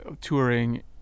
touring